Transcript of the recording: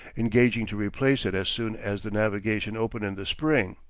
engaging to replace it as soon as the navigation opened in the spring.